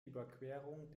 überquerung